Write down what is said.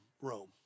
Rome